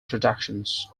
productions